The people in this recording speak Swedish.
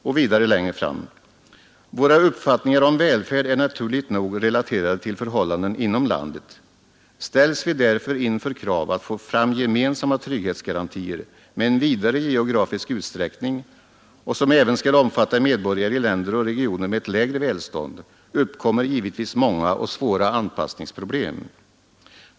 Och längre fram står det: Våra uppfattningar om välfärd är naturligt nog relaterade till förhållanden inom landet. Ställs vi därför inför krav att få fram gemensamma trygghetsgarantier med en vidare geografisk utsträckning och som även skall omfatta medborgare i länder och regioner med ett lägre välstånd uppkommer givetvis många och svåra anpassningsproblem.